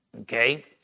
Okay